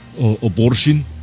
abortion